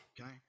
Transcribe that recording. okay